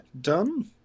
done